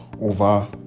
over